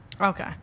Okay